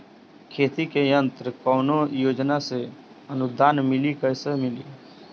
खेती के यंत्र कवने योजना से अनुदान मिली कैसे मिली?